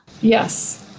Yes